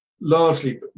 largely